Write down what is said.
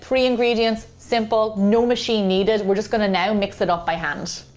three ingredients, simple, no machine needed, we're just gonna now mix it up by hand.